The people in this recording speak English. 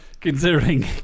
considering